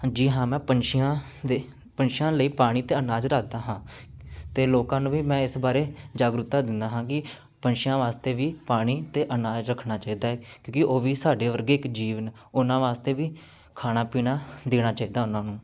ਜੀ ਹਾਂ ਮੈਂ ਪੰਛੀਆਂ ਦੇ ਪੰਛੀਆਂ ਲਈ ਪਾਣੀ ਅਤੇ ਅਨਾਜ ਰੱਖਦਾ ਹਾਂ ਅਤੇ ਲੋਕਾਂ ਨੂੰ ਵੀ ਮੈਂ ਇਸ ਬਾਰੇ ਜਾਗਰੂਕਤਾ ਦਿੰਦਾ ਹਾਂ ਕਿ ਪੰਛੀਆਂ ਵਾਸਤੇ ਵੀ ਪਾਣੀ ਅਤੇ ਅਨਾਜ ਰੱਖਣਾ ਚਾਹੀਦਾ ਹੈ ਕਿਉਂਕਿ ਉਹ ਵੀ ਸਾਡੇ ਵਰਗੇ ਇੱਕ ਜੀਵ ਉਹਨਾਂ ਵਾਸਤੇ ਵੀ ਖਾਣਾ ਪੀਣਾ ਦੇਣਾ ਚਾਹੀਦਾ ਉਹਨਾਂ ਨੂੰ